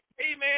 Amen